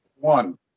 one